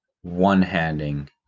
one-handing